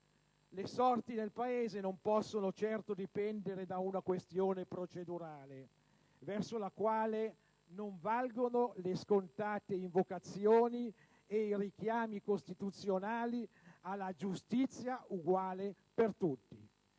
Le sorti del Paese non possono certo dipendere da una questione procedurale, verso la quale non valgono le scontate invocazioni e i richiami costituzionali alla giustizia uguale per tutti.